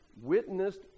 witnessed